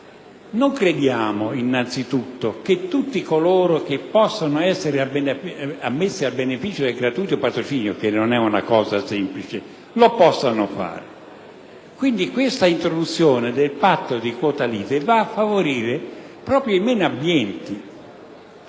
non bisogna credere che tutti coloro che possono essere ammessi al beneficio del gratuito patrocinio, che non è una cosa semplice, lo possano fare. L'introduzione del patto di quota lite va a favorire proprio i meno abbienti